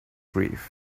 grief